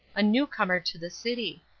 a new-comer to the city.